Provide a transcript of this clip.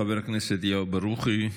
חבר הכנסת אליהו ברוכי,